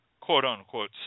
quote-unquote